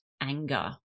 anger